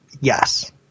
Yes